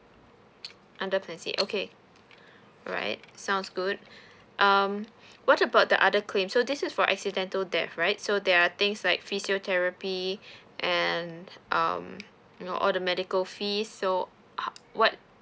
under plan C okay alright sounds good um what about the other claim so this is for accidental death right so there are things like physiotherapy and um you know all the medical fees so ha~ what